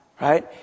right